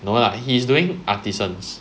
no lah he's doing artisans